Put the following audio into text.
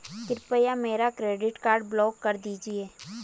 कृपया मेरा credit card block कर दीजिए